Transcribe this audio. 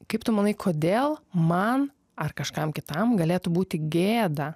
kaip tu manai kodėl man ar kažkam kitam galėtų būti gėda